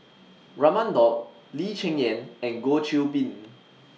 Raman Daud Lee Cheng Yan and Goh Qiu Bin